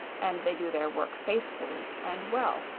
and they do their work faithfully and well.